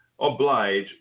oblige